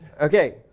Okay